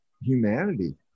humanity